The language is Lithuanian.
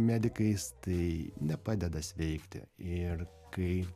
medikais tai nepadeda sveikti ir kai